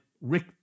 Rick